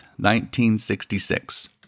1966